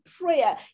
prayer